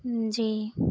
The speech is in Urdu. جی